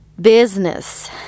business